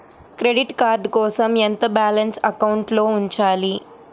Credit card కోసం ఎంత balance అకౌంట్లో ఉంచాలి?